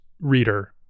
reader